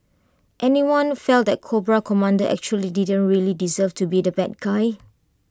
anyone felt that Cobra Commander actually didn't really deserve to be the bad guy